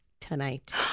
tonight